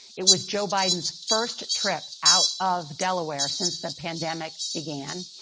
it was joe biden's first trip out of delaware since the pandemic began.